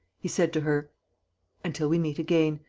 he said to her until we meet again.